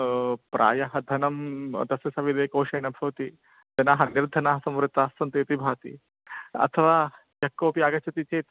प्रायः धनं तस्य सविदे कोषे न भवति जनाः निर्धनाः संवृत्ताः इति भाति अथवा यः कोपि आगच्छति चेत्